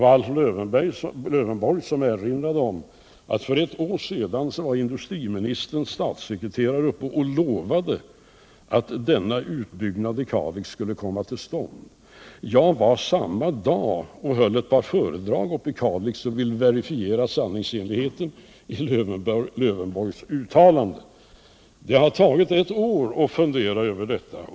Det var AIf Lövenborg som erinrade om att industriministerns statssekreterare för ett år sedan var där uppe och lovade att denna utbyggnad i Kalix skulle komma till stånd. Samma dag höll jag ett par föredrag i Kalix, och jag vill verifiera sanningsenligheten i Alf Lövenborgs uttalande. Det har tagit ett år att fundera över detta.